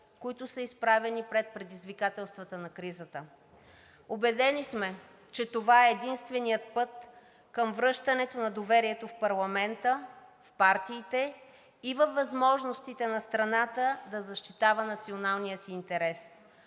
които са изправени пред предизвикателствата на кризата. Убедени сме, че това е единственият път към връщането на доверието в парламента, в партиите и във възможностите на страната да защитава националния си интерес.